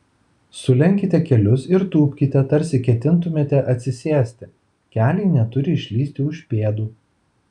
sulenkite kelius ir tūpkite tarsi ketintumėte atsisėsti keliai neturi išlįsti už pėdų